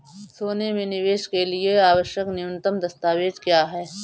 सोने में निवेश के लिए आवश्यक न्यूनतम दस्तावेज़ क्या हैं?